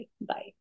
bye